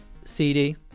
cd